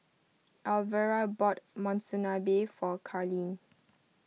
Alvera bought Monsunabe for Carlene